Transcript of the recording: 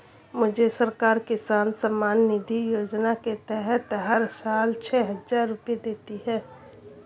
मुझे सरकार किसान सम्मान निधि योजना के तहत हर साल छह हज़ार रुपए देती है